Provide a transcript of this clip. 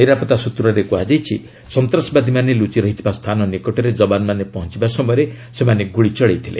ନିରାପତ୍ତା ସୂତ୍ରରେ କୁହାଯାଇଛି ସନ୍ତାସବାଦୀମାନେ ଲୁଚି ରହିଥିବା ସ୍ଥାନ ନିକଟରେ ଯବାନମାନେ ପହଞ୍ଚବା ସମୟରେ ସେମାନେ ଗୁଳି ଚଳାଇଥିଲେ